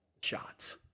shots